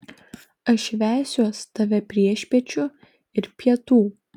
aš vesiuos tave priešpiečių ir pietų